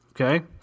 Okay